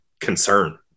concern